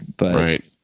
Right